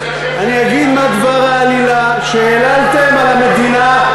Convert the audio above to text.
אני אגיד מה דבר העלילה שהעללתם על המדינה,